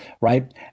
Right